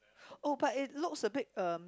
oh but it looks a bit um